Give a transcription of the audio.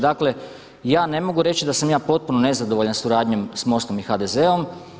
Dakle, ja ne mogu reći da sam ja potpuno nezadovoljan suradnjom sa MOST-om i HDZ-om.